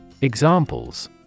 Examples